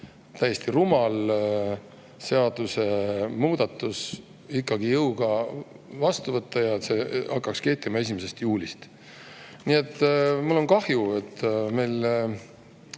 täiesti rumal seadusemuudatus ikkagi jõuga vastu võtta ja see hakkaks kehtima 1. juulil. Nii et mul on kahju, et meil